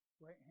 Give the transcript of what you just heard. right